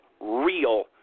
real